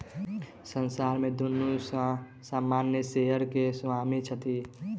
संस्थान में दुनू सामान्य शेयर के स्वामी छथि